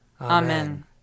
Amen